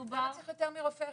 למה צריך יותר מרופא אחד?